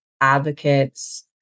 advocates